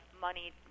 money